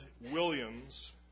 Williams